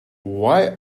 why